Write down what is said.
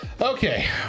Okay